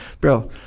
bro